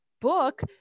book